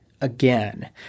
again